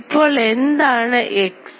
ഇപ്പോൾ എന്താണ് x